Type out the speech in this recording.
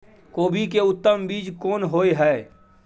कोबी के उत्तम बीज कोन होय है?